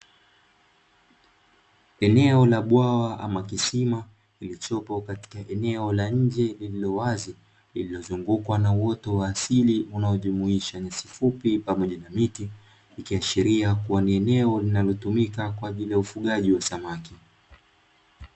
Eneo la bwawa ama kisima lililopo katika eneo la nje lililowazi lililozungukwa na uoto wa asili unaojumuisha nyasi fupi pamoja na miti, ikiashiria kuwa ni eneo linalotumika kwajili ya ufugaji wa samaki.